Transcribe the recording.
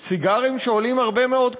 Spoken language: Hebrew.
סיגרים שעולים הרבה מאוד כסף.